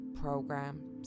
programs